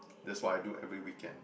that's what I do every weekend